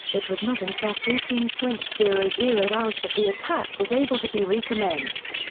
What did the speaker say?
it was not until fourteen point zero zero hours that the attack was able to be recommenced.